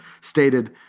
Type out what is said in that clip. stated